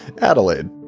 Adelaide